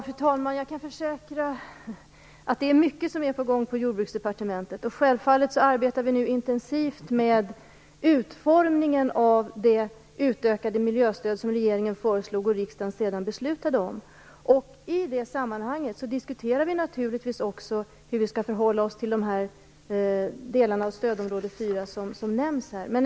Fru talman! Jag kan försäkra att det är mycket som är på gång på Jordbruksdepartementet. Självfallet arbetar vi nu intensivt med utformningen av det utökade miljöstöd som regeringen föreslog och riksdagen sedan beslutade om. I det sammanhanget diskuterar vi naturligtvis också hur vi skall förhålla oss till de delar av stödområde 4 som nämns här.